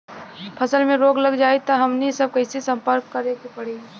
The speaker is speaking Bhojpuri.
फसल में रोग लग जाई त हमनी सब कैसे संपर्क करें के पड़ी?